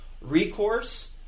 recourse